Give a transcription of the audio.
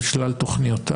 על שלל תכניותיו.